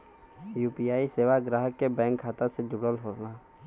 UPI सेवा ग्राहक के बैंक खाता से जुड़ल होला